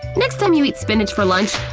next time you eat spinach for lunch,